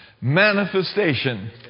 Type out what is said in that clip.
Manifestation